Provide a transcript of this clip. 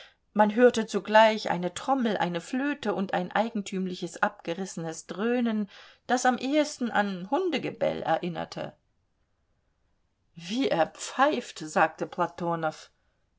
man hörte zugleich eine trommel eine flöte und ein eigentümliches abgerissenes dröhnen das am ehesten an hundegebell erinnerte wie er pfeift sagte